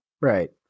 right